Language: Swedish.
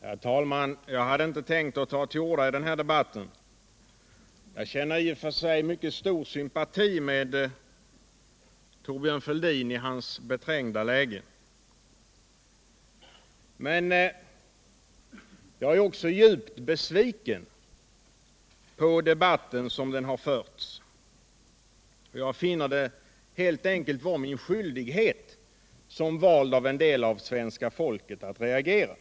Herr talman! Jag hade inte tänkt att ta till orda i den här debatten. Jag känner i och för sig mycket stor sympati för Thorbjörn Fälldin i hans beträngda läge. Men jag är också djupt besviken på debatten som den har förts, och jag finner det helt enkelt vara min skyldighet som vald av en del av svenska folket att reagera.